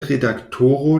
redaktoro